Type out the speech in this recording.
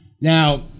Now